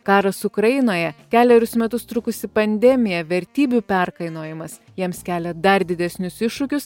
karas ukrainoje kelerius metus trukusi pandemija vertybių perkainojimas jiems kelia dar didesnius iššūkius